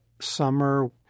summer